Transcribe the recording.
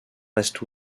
restent